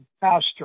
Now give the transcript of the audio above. pastor